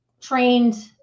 trained